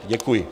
Děkuji.